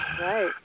Right